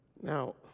Now